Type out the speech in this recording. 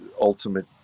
ultimate